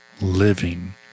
living